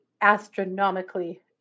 astronomically